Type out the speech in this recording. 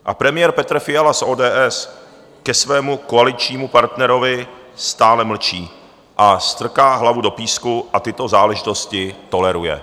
A premiér Petr Fiala z ODS ke svému koaličnímu partnerovi stále mlčí, strká hlavu do písku a tyto záležitosti toleruje.